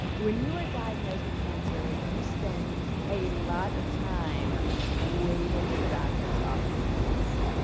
when you are diagnosed with cancer, and you spend a lot of time waiting in doctors offices.